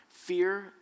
Fear